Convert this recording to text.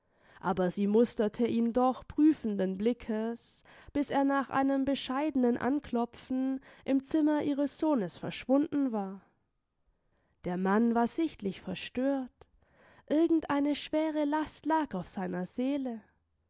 aber sie musterte ihn doch prüfenden blickes bis er nach einem bescheidenen anklopfen im zimmer ihres sohnes verschwunden war der mann war sichtlich verstört irgend eine schwere last lag auf seiner seele